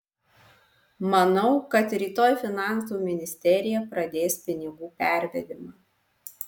manau kad rytoj finansų ministerija pradės pinigų pervedimą